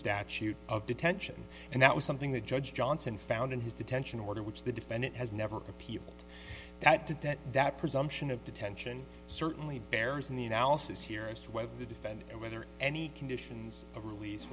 statute of detention and that was something that judge johnson found in his detention order which the defendant has never appealed that to that that presumption of detention certainly bears in the unanimous is here as to whether the defendant whether any conditions of release